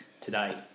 today